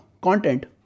content